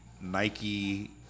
Nike